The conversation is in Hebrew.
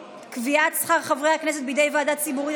קביעת שכר חברי הכנסת בידי ועדה ציבורית),